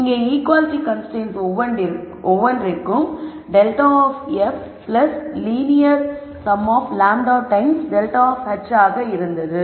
இங்கே equality constraints ஒவ்வொன்றிற்கும் ∇ of f linear sum of λ times ∇ h ஆக இருந்தது